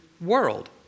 world